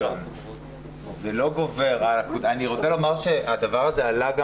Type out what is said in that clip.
הדבר הזה עלה גם